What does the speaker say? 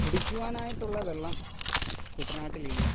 കുടിക്കുവാനായിട്ടുള്ള വെള്ളം കുട്ടനാട്ടിലില്ല